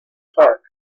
park